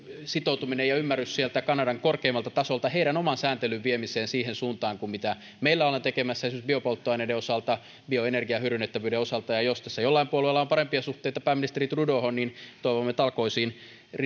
sitoutuminen ja ymmärrys sieltä kanadan korkeimmalta tasolta heidän oman sääntelynsä viemiseen siihen suuntaan kuin mitä meillä ollaan tekemässä esimerkiksi biopolttoaineiden osalta bioenergian hyödynnettävyyden osalta ja jos tässä jollain puolueella on parempia suhteita pääministeri trudeauhun niin toivomme talkoisiin